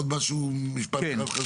עוד משפט אחד.